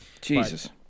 jesus